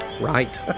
Right